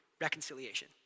reconciliation